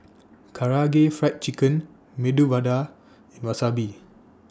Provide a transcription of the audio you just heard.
Karaage Fried Chicken Medu Vada Wasabi